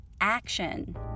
action